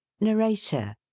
Narrator